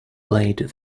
played